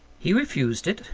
he refused it,